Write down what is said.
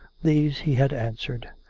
these he had answered.